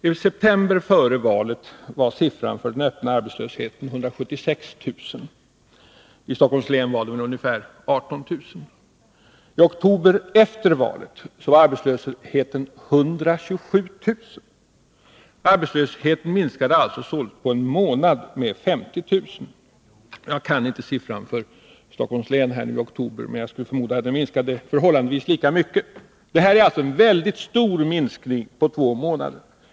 I september, före valet, var siffran för den öppna arbetslösheten i landet 176 000 och för Stockholms län ungefär 18 000. I oktober, efter valet, var 33 antalet arbetslösa 127 000. Arbetslösheten minskade alltså på en månad med 50 000. Jag har inte siffran för Stockholms län i oktober, men jag skulle förmoda att den minskade förhållandevis lika mycket. Detta är en mycket stor minskning på två månader.